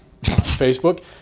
Facebook